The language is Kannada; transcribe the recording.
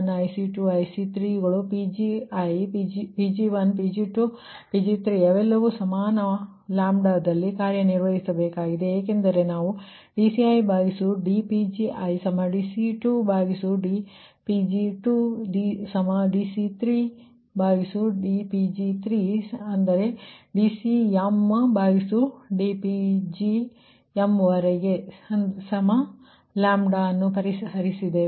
IC1 IC2 IC3 ಗಳು Pg1 Pg2 Pg3ಅವೆಲ್ಲವೂ ಸಮಾನ ಲ್ಯಾಂಬ್ಡಾದಲ್ಲಿ ಕಾರ್ಯನಿರ್ವಹಿಸಬೇಕಾಗಿದೆ ಏಕೆಂದರೆ ನಾವು dC1dPg1dC2dPg2dC3dPg3dCmdPgmλಅನ್ನು ಪರಿಹರಿಸಿದ್ದೇವೆ